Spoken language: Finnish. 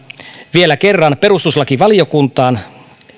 vielä kerran perustuslakivaliokuntaan